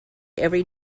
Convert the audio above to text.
every